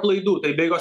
klaidų tai be jokios